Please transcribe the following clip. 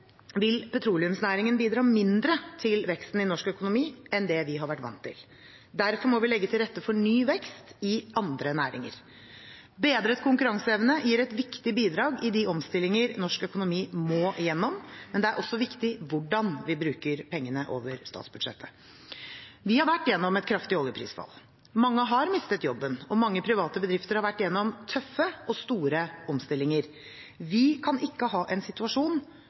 vil petroleumsnæringen bidra mindre til veksten i norsk økonomi enn det vi har vært vant til. Derfor må vi legge til rette for ny vekst i andre næringer. Bedret konkurranseevne gir et viktig bidrag i de omstillinger norsk økonomi må gjennom, men det er også viktig hvordan vi bruker pengene over statsbudsjettet. Vi har vært gjennom et kraftig oljeprisfall. Mange har mistet jobben, og mange private bedrifter har vært gjennom tøffe og store omstillinger. Vi kan ikke ha en situasjon